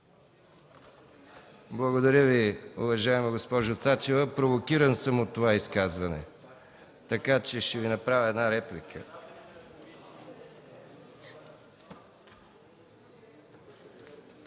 Благодаря Ви, уважаема госпожо Цачева. Провокиран съм от това изказване, така че ще Ви направя реплика.